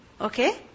Okay